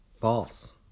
False